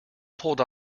pulled